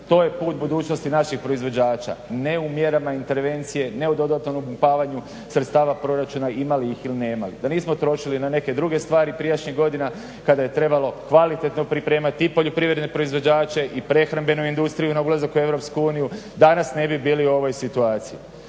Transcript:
to je put budućnosti naših proizvođača. Ne u mjerama intervencije, ne u dodatnom okopavanju sredstava proračuna imali ih ili nemali. Da nismo trošili na neke druge stvari prijašnjih godina kada je trebalo kvalitetno pripremati i poljoprivredne proizvođače i prehrambenu industriju na ulazak u EU danas ne bi bili u ovoj situaciji.